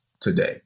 today